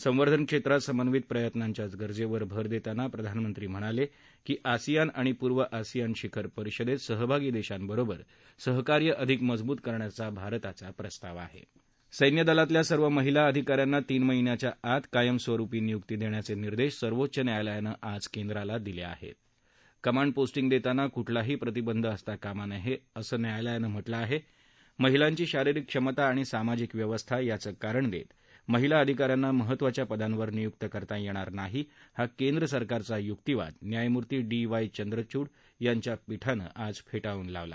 संवर्धन क्षक्ति समन्वित प्रयत्नाच्या गरजसि भर दक्षिना प्रधानमंत्री म्हणालक्ती आसियान आणि पूर्व आसियान शिखर परिषदक्षसहभागी दक्षनंबरोबर सहकार्य अधिक मजबूत करण्याचं भारताचा प्रस्ताव आहा सैन्यदलातल्या सर्व महिला अधिकाऱ्यांना तीन महिन्याच्या आत कायम स्वरुपी नियुक्ती दख्याचा िर्देश सर्वोच्च न्यायालयान आज केंद्राला दिल आहा कमांड पोस्टीग दत्तांना कुठलाही प्रतिबंध असता कामा नया विसं न्यायालयानं म्हटलं आहा केहिलांची शारिरीक क्षमता आणि सामाजिक व्यवस्था यांच कारण दक्ती महिला अधिकाऱ्यांना महत्वाच्या पदांवर नियुक्त करता यप्तिर नाही हा केंद्र सरकारचा युक्तीवाद न्यायमूर्ती डी वाय चंद्रचुड यांच्या पीठानं फ्राळून लावलं